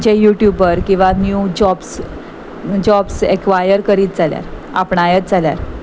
जे youtuber किंवां new jobs jobs acquire करीत जाल्यार आपणायत जाल्यार